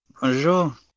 Bonjour